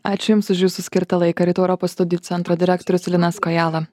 ačiū jums už jūsų skirtą laiką rytų europos studijų centro direktorius linas kojala